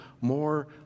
more